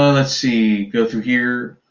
let's see, go through here.